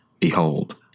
Behold